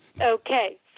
Okay